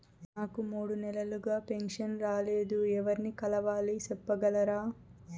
నాకు మూడు నెలలుగా పెన్షన్ రాలేదు ఎవర్ని కలవాలి సెప్పగలరా?